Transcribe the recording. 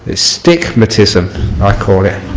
ah stick-ma-tism i call it.